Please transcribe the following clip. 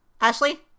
Ashley